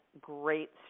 great